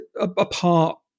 apart